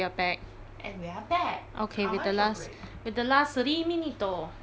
okay we're the last we're the last three minute oh ya what are we talking about